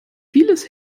vieles